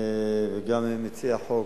וגם מציע החוק,